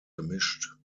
gemischt